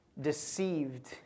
deceived